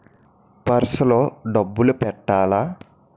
Purse లో డబ్బులు పెట్టలా?